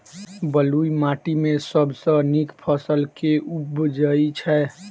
बलुई माटि मे सबसँ नीक फसल केँ उबजई छै?